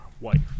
wife